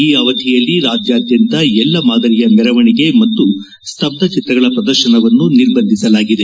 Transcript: ಈ ಅವಧಿಯಲ್ಲಿ ರಾಜ್ಞಾದ್ಯಂತ ಎಲ್ಲ ಮಾದರಿಯ ಮೆರವಣಿಗೆ ಮತ್ತು ಸ್ತಬ್ಲ ಚಿತ್ರಗಳ ಪ್ರದರ್ಶನವನ್ನು ನಿರ್ಬಂಧಿಸಲಾಗಿದೆ